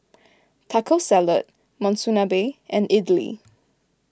Taco Salad Monsunabe and Idili